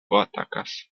atakas